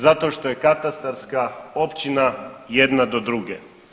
Zato što je katastarska općina jedna do druge.